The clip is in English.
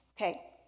Okay